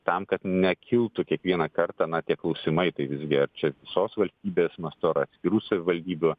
tam kad nekiltų kiekvieną kartą na tie klausimai tai visgi ar čia visos valstybės mastu ar atskirų savivaldybių